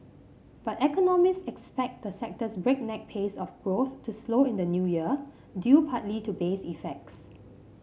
but economists expect the sector's breakneck pace of growth to slow in the New Year due partly to base effects